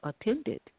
Attended